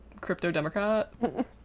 crypto-Democrat